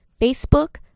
Facebook